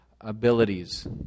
abilities